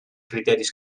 criteris